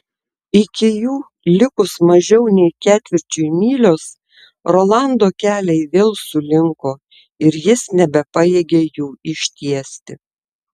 iki jų likus mažiau nei ketvirčiui mylios rolando keliai vėl sulinko ir jis nebepajėgė jų ištiesti